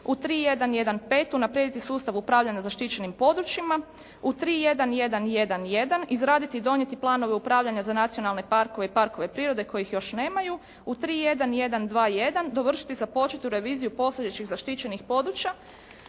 U 3.1.1.5.: Unaprijediti sustav upravljanja zaštićenim područjima. U 3.1.1.1.1.: Izraditi i donijeti planove upravljanja za nacionalne parkove i parkove prirode kojih još nemaju. U 3.1.1.2.1.: Dovršiti započetu reviziju postojećih zaštićenih područja.